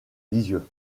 lisieux